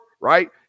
right